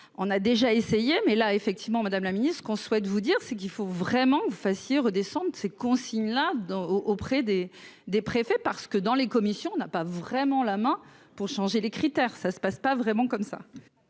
on a déjà essayé mais là effectivement, Madame la Ministre, ce qu'on souhaite vous dire, c'est qu'il faut vraiment que vous fassiez redescende ses consignes là dans au auprès des des préfets parce que dans les commissions n'a pas vraiment la main pour changer les critères, ça se passe pas vraiment comme ça.